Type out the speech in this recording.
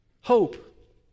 hope